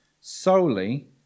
solely